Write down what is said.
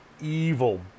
evil